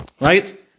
Right